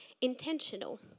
intentional